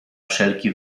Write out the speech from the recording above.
wszelki